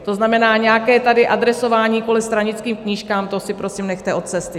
To znamená, nějaké tady adresování kvůli stranickým knížkám, to si prosím nechte od cesty!